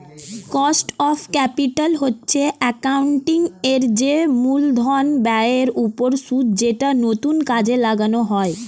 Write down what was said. cost of capital হচ্ছে accounting এর যে মূলধন ব্যয়ের ওপর সুদ যেটা নতুন কাজে লাগানো হয়